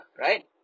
right